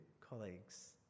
colleagues